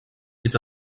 est